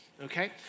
okay